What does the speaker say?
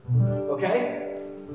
okay